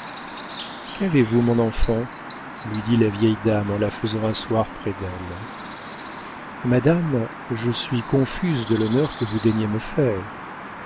qu'avez-vous mon enfant lui dit la vieille dame en la faisant asseoir près d'elle madame je suis confuse de l'honneur que vous daignez me faire